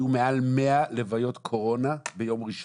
היו מעל 100 לוויות קורונה יום ראשון.